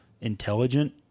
intelligent